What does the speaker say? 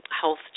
health